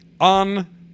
on